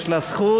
יש לה זכות,